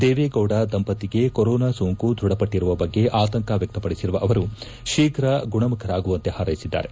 ದೇವೇಗೌಡ ದಂಪತಿಗೆ ಕೊರೊನಾ ಸೋಂಕು ದೃಢಪಟ್ಟಿರುವ ಬಗ್ಗೆ ಆತಂಕ ವ್ಯಕ್ತಪಡಿಸಿರುವ ಅವರು ಶೀಘ ಗುಣಮುಖರಾಗುವಂತೆ ಹಾರೈಸಿದ್ದಾರೆ